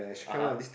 (uh huh)